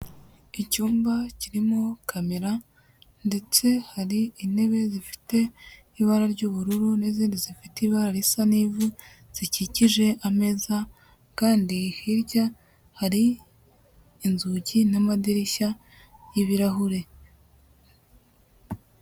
Icyumba kirimo kamera ndetse hari intebe zifite ibara ry'ubururu n'izindi zifite ibara risa n'ivu, zikikije ameza kandi hirya hari inzugi n'amadirishya y'ibirahure.